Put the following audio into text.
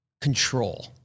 control